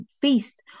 feast